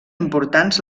importants